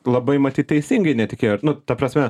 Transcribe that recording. labai matyt teisingai netikėjo ir nu ta prasme